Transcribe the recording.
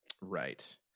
right